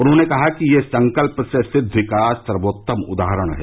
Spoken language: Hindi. उन्होंने कहा कि यह संकल्प से सिद्धि का सर्वोत्तम उदाहरण है